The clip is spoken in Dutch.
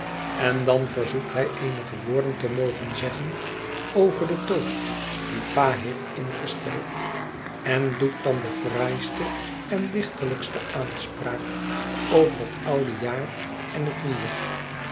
en dan verzoekt hij eenige woorden te mogen zeggen over den toast dien pa heeft ingesteld en doet dan de fraaiste en dichterlijkste aanspraak over het oude jaar en het nieuwe